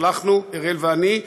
שלחנו אראל ואני,